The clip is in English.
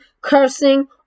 cursing